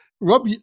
Rob